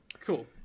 Cool